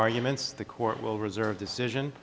arguments the court will reserve decision